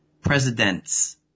presidents